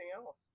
else